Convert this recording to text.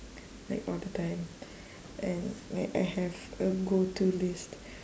like all the time and like I have a go to list